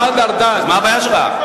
מה הבעיה שלך?